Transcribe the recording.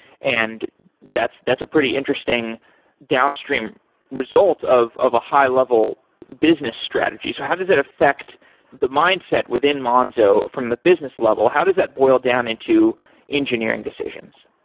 and that's that's a pretty interesting downstream result of of a high level business strategy. so how does that affect the mindset within monzo from the business level? how does that boil down into engineering decisions?